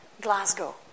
Glasgow